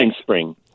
spring